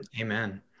amen